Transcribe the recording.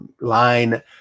line